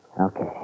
Okay